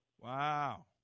Wow